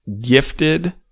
gifted